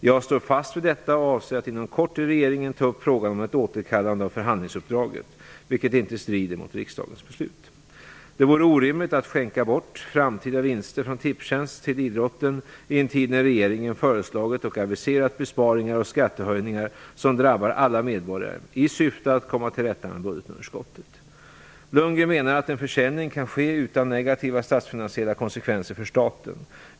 Jag står fast vid detta och avser att inom kort i regeringen ta upp frågan om ett återkallande av förhandlingsuppdraget, vilket inte strider mot riksdagens beslut. Det vore orimligt att skänka bort framtida vinster från Tipstjänst till idrotten i en tid när regeringen föreslagit och aviserat besparingar och skattehöjningar som drabbar alla medborgare, detta i syfte att komma till rätta med budgetsunderskottet. Bo Lundgren menar att en försäljning kan ske utan negativa statsfinansiella konsekvenser för staten.